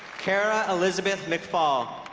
cara elizabeth mcfall